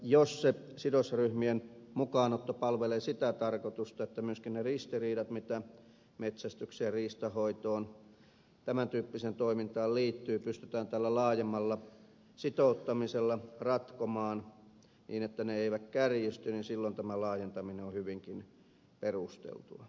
jos sidosryhmien mukaanotto palvelee sitä tarkoitusta että myöskin ne ristiriidat mitä metsästykseen riistanhoitoon tämän tyyppiseen toimintaan liittyy pystytään tällä laajemmalla sitouttamisella ratkomaan niin että ne eivät kärjisty niin silloin tämä laajentaminen on hyvinkin perusteltua